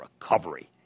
recovery